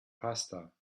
pasta